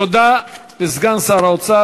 תודה לסגן שר האוצר.